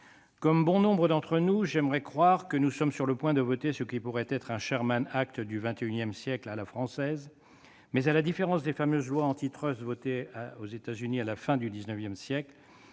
Comme bon nombre d'entre nous, j'aimerais croire que nous sommes sur le point de voter ce qui pourrait être un du XXI siècle à la française. Mais à la différence des fameuses lois antitrust adoptées aux États-Unis à la fin du XIX siècle,